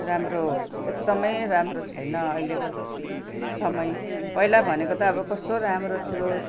राम्रो एकदमै राम्रो छैन अहिलेको समय पहिला भनेको त अब कस्तो राम्रो थियो